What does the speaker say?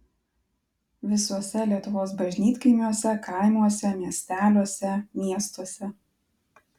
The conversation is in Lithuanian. visuose lietuvos bažnytkaimiuose kaimuose miesteliuose miestuose